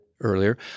earlier